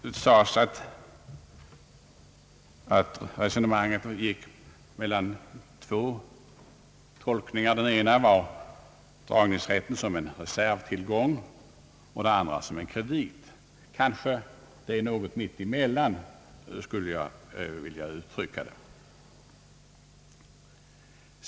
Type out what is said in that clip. Det sades, att resonemanget nu gick mellan två tolkningar. Den ena var dragningsrätten såsom en reservtillgång och den andra var dragningsrätten såsom en kredit. Kanske den är något mitt emellan, skulle jag vilja uttrycka saken.